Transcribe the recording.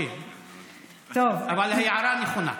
אבל ההערה נכונה.